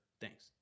Thanks